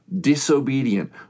disobedient